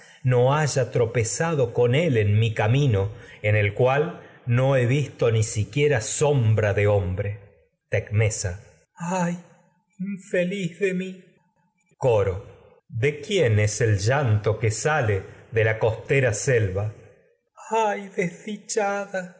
no rio haya tropezado visto ni con él en mi camino en cual he siquiera sombra de hombre tecmesa ay infeliz de mi quién es coro selva de el llanto que sale de la costera tecmesa ay